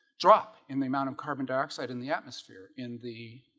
drop in the amount of carbon dioxide in the atmosphere in the